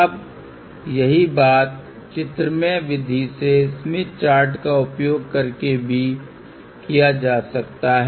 अब यही बात चित्रमय विधि से स्मिथ चार्ट का उपयोग करके भी किया जा सकता है